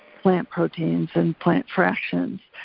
plant proteins and plant fractions,